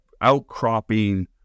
outcropping